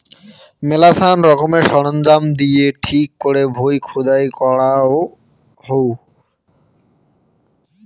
মেলাছান রকমের সরঞ্জাম দিয়ে ঠিক করে ভুঁই খুদাই করাঙ হউ